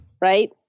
right